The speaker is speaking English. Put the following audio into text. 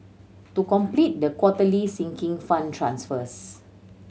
to complete the quarterly Sinking Fund transfers